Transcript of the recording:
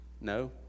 No